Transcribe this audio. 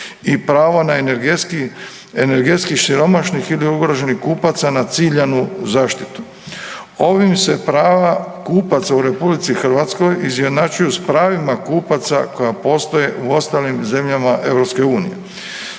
i pravo na energetskih siromašnih ili ugroženih kupaca na ciljanu zaštitu. Ovim se prava kupaca u RH izjednačuju s pravima kupaca koja postoje u ostalim zemljama EU.